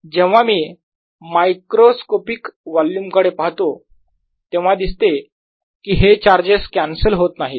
जेव्हा मी microscopic volume कडे पाहतो तेव्हा दिसते कि हे चार्जेस कॅन्सल होत नाहीत